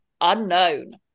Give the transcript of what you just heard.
unknown